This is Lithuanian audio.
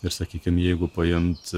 ir sakykim jeigu paimt